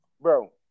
Bro